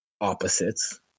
opposites